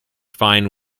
fine